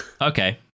okay